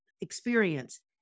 experience